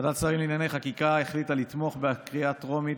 ועדת שרים לענייני חקיקה החליטה לתמוך בקריאה הטרומית,